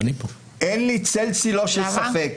אין לי צל צלו של ספק,